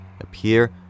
appear